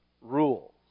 rules